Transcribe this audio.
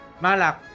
malak